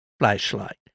flashlight